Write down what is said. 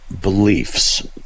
beliefs